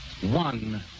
one